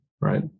right